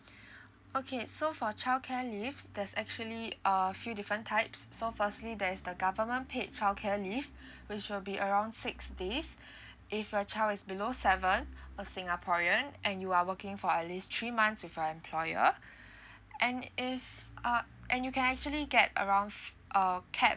okay so for childcare leave there's actually a few different types so firstly there's the government paid childcare leave which will be around six days if your child is below seven a singaporean and you are working for at least three months with your employer and if uh and you can actually get around uh capped